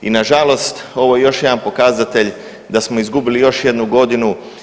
I nažalost ovo je još jedan pokazatelj da smo izgubili još jednu godinu.